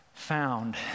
found